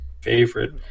favorite